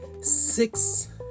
six